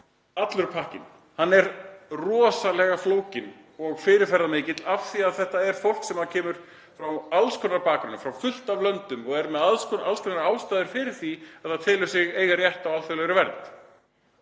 Allur pakkinn er rosalega flókinn og fyrirferðarmikill af því að þetta er fólk með alls konar bakgrunn sem kemur frá fullt af löndum og er með alls konar ástæður fyrir því að það telur sig eiga rétt á alþjóðlegri vernd.